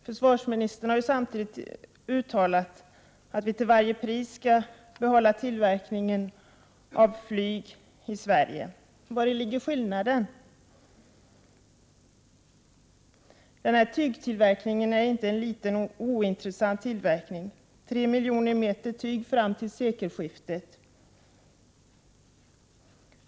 Försvarsministern har samtidigt uttalat att vi till varje pris skall behålla tillverkningen av flyg i Sverige. Vari ligger skillnaden? Den här tygtillverkningen är inte någon liten och ointressant tillverkning. Det rör sig om 3 miljoner meter tyg fram till sekelskiftet.